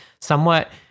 somewhat